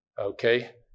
okay